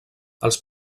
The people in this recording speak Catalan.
els